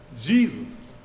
Jesus